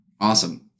Awesome